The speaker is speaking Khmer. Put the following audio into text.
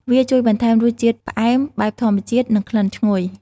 វាជួយបន្ថែមរសជាតិផ្អែមបែបធម្មជាតិ និងក្លិនឈ្លុយ។